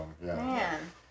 Man